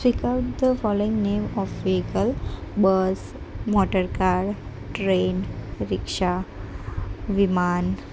speak out the following name of vehicle bus motorcar train rickshaw વિમાન